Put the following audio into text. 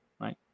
right